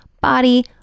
body